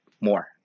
more